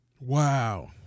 wow